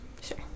Sure